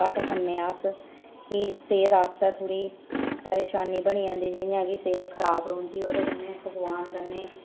घट्ट खन्ने अस कि सेह्त आस्तै थोह्ड़ी परेशानी बनी जंदी जि'यां सेह्त खराब रौहंदी ओह्दे कन्नै पकवान कन्नै